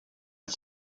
att